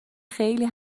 خیلی